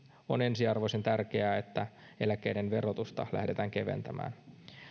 on ensiarvoisen tärkeää että eläkkeiden verotusta lähdetään keventämään